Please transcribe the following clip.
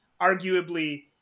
arguably